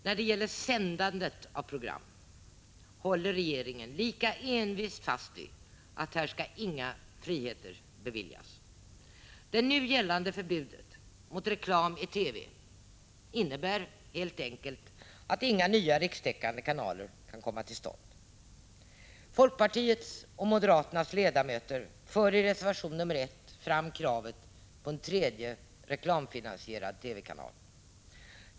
När det gäller sändandet av program håller regeringen lika envist fast vid att här skall inga friheter beviljas. Det nu gällande förbudet mot reklam i TV innebär helt enkelt att inga nya rikstäckande kanaler kan komma till stånd. Folkpartiets och moderaternas utskottsledamöter för i reservation 1 fram kravet på en tredje reklamfinansierad TV-kanal.